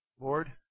Lord